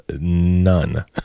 none